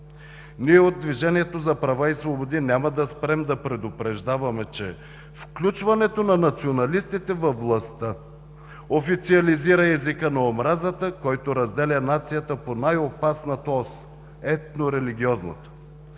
Ние от „Движението за права и свободи“ няма да спрем да предупреждаваме, че включването на националистите във властта официализира езика на омразата, който разделя нацията по най-опасната ос – етнорелигиозната,